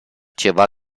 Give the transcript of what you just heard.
ceva